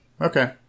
Okay